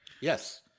Yes